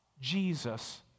Jesus